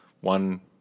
One